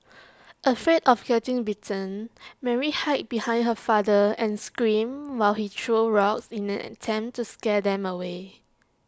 afraid of getting bitten Mary hid behind her father and screamed while he threw rocks in an attempt to scare them away